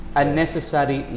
unnecessary